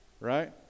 Right